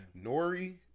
Nori